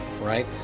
right